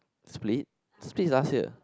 split split last year